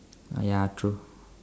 ya true